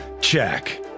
Check